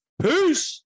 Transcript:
Peace